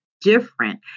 different